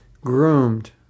groomed